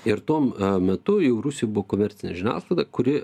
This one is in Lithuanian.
ir tuom metu jau rusijoj buvo komercinė žiniasklaida kuri